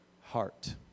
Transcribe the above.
heart